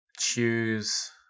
choose